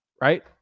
right